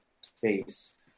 space